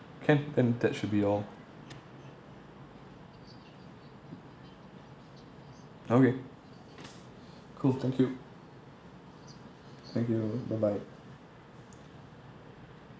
can then that should be all okay cool thank you thank you bye bye